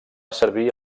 servir